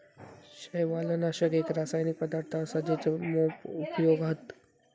शैवालनाशक एक रासायनिक पदार्थ असा जेचे मोप उपयोग हत